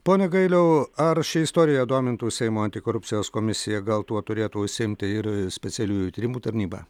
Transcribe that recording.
pone gailiau ar ši istorija domintų seimo antikorupcijos komisiją gal tuo turėtų užsiimti ir specialiųjų tyrimų tarnyba